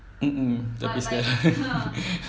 mm mm tapi sia